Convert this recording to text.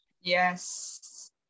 Yes